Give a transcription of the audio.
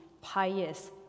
pious